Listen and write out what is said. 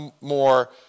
more